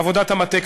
עבודת המטה,